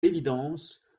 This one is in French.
l’évidence